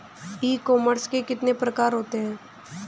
ई commerce के कितने प्रकार होते हैं?